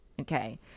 okay